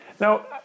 Now